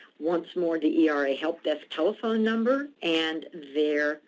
once more, the era helpdesk telephone number and their